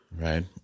Right